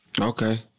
Okay